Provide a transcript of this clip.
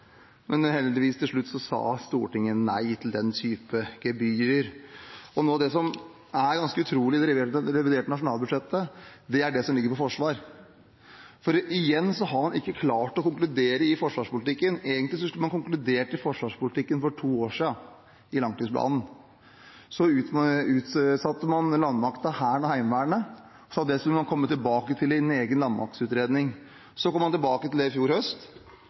Men heldigvis, til slutt sa Stortinget nei til den typen gebyrer. Det som er ganske utrolig i det reviderte nasjonalbudsjettet, er det som ligger inne på forsvar, for igjen har man ikke klart å konkludere i forsvarspolitikken. Egentlig skulle man konkludert i forsvarspolitikken for to år siden, i langtidsplanen. Så utsatte man landmakten – Hæren og Heimevernet – og sa at det skulle man komme tilbake til i en egen landmaktutredning. Så kom man tilbake til det i fjor høst.